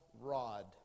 rod